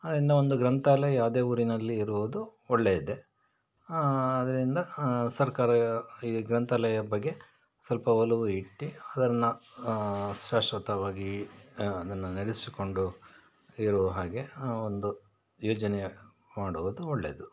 ಇನ್ನು ಒಂದು ಗ್ರಂಥಾಲಯ ಯಾವ್ದೇ ಊರಿನಲ್ಲಿ ಇರುವುದು ಒಳ್ಳೆಯದೇ ಅದರಿಂದ ಸರ್ಕಾರ ಈ ಗ್ರಂಥಾಲಯ ಬಗ್ಗೆ ಸ್ವಲ್ಪ ಒಲವು ಇಟ್ಟು ಅದನ್ನು ಶಾಶ್ವತವಾಗಿ ಅದನ್ನು ನಡೆಸಿಕೊಂಡು ಇರುವ ಹಾಗೆ ಒಂದು ಯೋಜನೆಯ ಮಾಡುವುದು ಒಳ್ಳೆಯದು